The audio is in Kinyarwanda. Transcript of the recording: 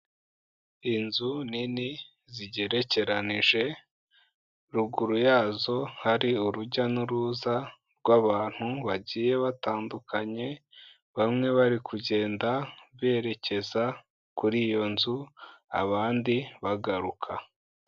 Inzu nini zigerekeranije, ruguru yazo hari urujya n'uruza rw'abantu bagiye batandukanye, bamwe bari kugenda berekeza kuri iyo nzu, abandi bagaruka.